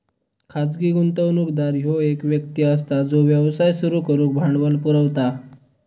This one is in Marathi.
खाजगी गुंतवणूकदार ह्यो एक व्यक्ती असता जो व्यवसाय सुरू करुक भांडवल पुरवता